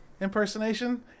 impersonation